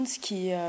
qui